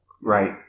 Right